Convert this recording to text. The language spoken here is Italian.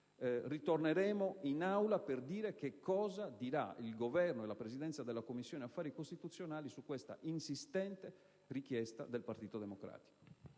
Ritorneremo in Aula per sentire cosa diranno il Governo e la Presidenza della Commissione affari costituzionali su questa insistente richiesta del Partito Democratico.